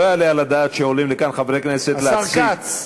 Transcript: לא יעלה על הדעת שעולים לכאן חברי כנסת להציג --- השר כץ.